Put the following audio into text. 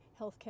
healthcare